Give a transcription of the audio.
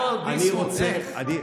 ביסמוט, איך?